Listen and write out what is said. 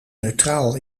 neutraal